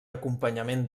acompanyament